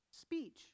Speech